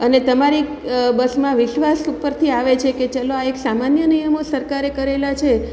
અને તમારી બસમાં વિશ્વાસ ઉપરથી આવે છે કે ચાલો આ એક સામાન્ય નિયમો સરકારે કરેલા છે